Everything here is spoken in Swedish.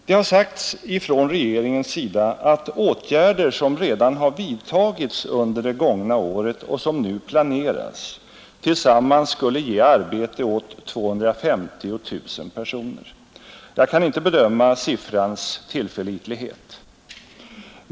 Det har sagts från regeringens sida att åtgärder som redan vidtagits under det gångna året och som nu planeras tillsammans skulle ge arbete åt 250 000 personer. Jag kan inte bedöma siffrans tillförlitlighet.